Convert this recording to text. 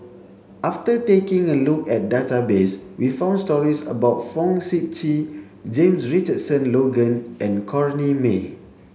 after taking a look at database we found stories about Fong Sip Chee James Richardson Logan and Corrinne May